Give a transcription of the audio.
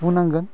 बुंनांगोन